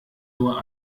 nur